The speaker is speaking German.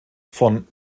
von